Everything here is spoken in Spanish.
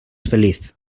feliz